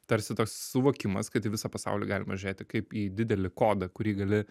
tarsi toks suvokimas kad į visą pasaulį galima žiūrėti kaip į didelį kodą kurį gali